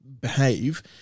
behave